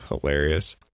Hilarious